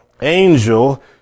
angel